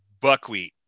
buckwheat